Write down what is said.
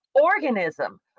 organism